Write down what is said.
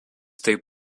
taip